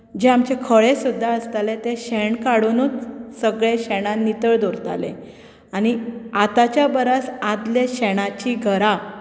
जें आमचें खळें सुद्दां आसतालें तें शेण काडुनूच सगळें शेणान नितळ दवरताले आनी आतांचे परस आदले शेणाचीं घरां